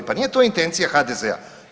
Pa nije to intencija HDZ-a.